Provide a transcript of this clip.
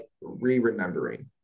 re-remembering